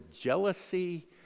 jealousy